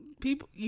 people